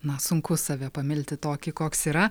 na sunku save pamilti tokį koks yra